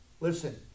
Listen